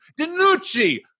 DiNucci